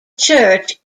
church